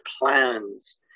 plans